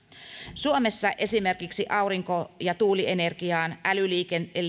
suomessa esimerkiksi aurinko ja tuulienergiaan älyliikenteeseen